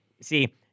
See